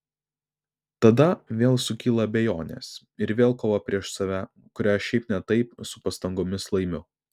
tada vėl sukyla abejonės ir vėl kova prieš save kurią šiaip ne taip su pastangomis laimiu